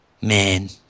Man